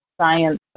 science